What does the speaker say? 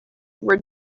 were